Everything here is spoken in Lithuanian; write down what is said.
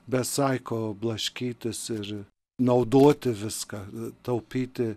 be saiko blaškytis ir naudoti viską taupyti